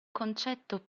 concetto